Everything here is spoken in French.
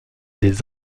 des